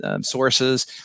sources